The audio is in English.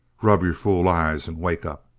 rub your fool eyes and wake up!